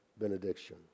benediction